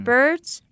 Birds